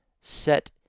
set